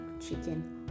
chicken